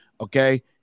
okay